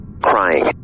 crying